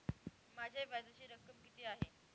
माझ्या व्याजाची रक्कम किती आहे?